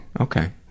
Okay